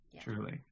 truly